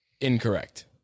incorrect